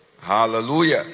Hallelujah